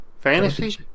fantasy